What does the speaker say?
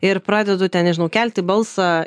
ir pradedu ten nežinau kelti balsą